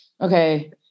okay